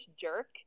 jerk